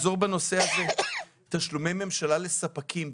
תשלומי ממשלה לספקים,